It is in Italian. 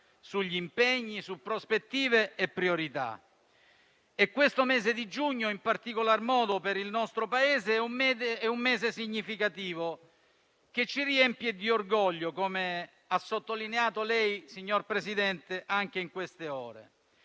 sugli impegni, su prospettive e priorità. Questo mese di giugno, in particolar modo per il nostro Paese, è un mese significativo, che ci riempie di orgoglio, come ha sottolineato lei, presidente Draghi, anche in queste ore.